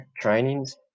trainings